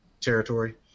territory